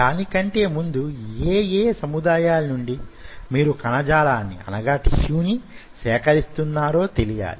దానికంటే ముందు యే యే సముదాయాల నుండి మీరు కణజాలాన్ని సేకరిస్తున్నారో తెలియాలి